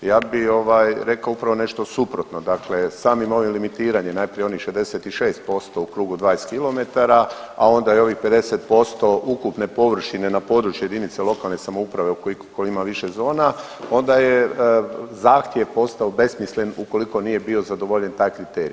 Ja bi rekao upravo nešto suprotno, dakle samim ovim limitiranjem najprije onih 66% u krugu 20km, a onda i ovih 50% ukupne površine na području jedinice lokalne samouprave ukoliko ima više zona onda je zahtjev postao besmislen ukoliko nije bio zadovoljen taj kriterij.